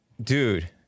dude